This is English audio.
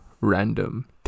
random